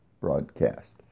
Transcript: Broadcast